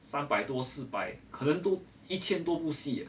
三百多四百可能都一千多部戏